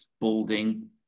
Balding